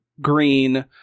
green